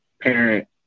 parent